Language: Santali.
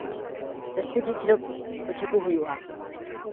ᱡᱟᱹᱥᱛᱤ ᱜᱮ ᱠᱷᱮᱞᱳᱰ ᱦᱚᱪᱚ ᱠᱚ ᱦᱩᱭᱩᱜᱼᱟ